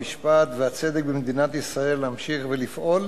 המשפט והצדק במדינת ישראל להמשיך לפעול